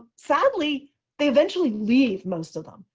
sadly they eventually leave most of them,